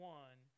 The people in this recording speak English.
one